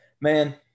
man